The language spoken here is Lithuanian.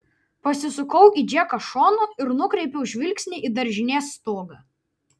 pasisukau į džeką šonu ir nukreipiau žvilgsnį į daržinės stogą